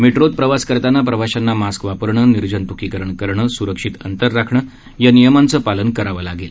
मेट्रोमध्ये प्रवास करताना प्रवाशांना मास्क वापरणं निर्जंत्कीकरण करणं स्रक्षित अंतर राखणं या नियमांचे पालन करावं ला णार आहे